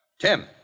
Tim